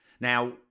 Now